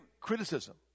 criticism